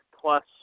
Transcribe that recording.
plus